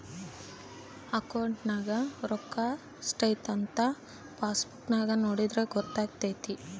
ಅಕೌಂಟ್ನಗ ರೋಕ್ಕಾ ಸ್ಟ್ರೈಥಂಥ ಪಾಸ್ಬುಕ್ ನಾಗ ನೋಡಿದ್ರೆ ಗೊತ್ತಾತೆತೆ